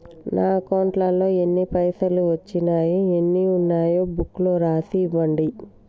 నా అకౌంట్లో ఎన్ని పైసలు వచ్చినాయో ఎన్ని ఉన్నాయో బుక్ లో రాసి ఇవ్వండి?